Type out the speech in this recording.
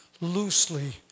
loosely